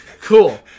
Cool